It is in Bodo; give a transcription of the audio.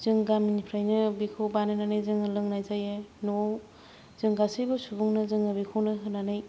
जों गामिनिफ्रायनो बेखौ बानायनानै जोङो लोंनाय जायो न'आव जों गासिबो सुबुंनो जोङो बेखौनो होनानै